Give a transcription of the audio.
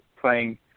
playing